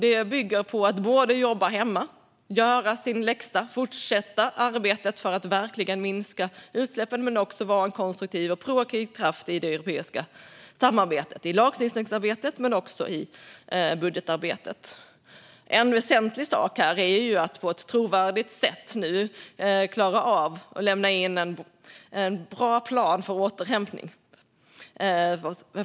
Det bygger dels på att jobba hemma, göra sin läxa och fortsätta arbetet för att verkligen minska utsläppen, dels på att vara en konstruktiv och proaktiv kraft i det europeiska samarbetet, i lagstiftningsarbetet men också i budgetarbetet. En väsentlig sak här är att nu på ett trovärdigt sätt klara av att lämna in en bra plan för återhämtning.